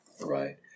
Right